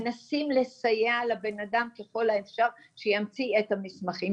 מנסים לסייע לבן אדם ככל האפשר שימציא את המסמכים.